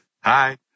Hi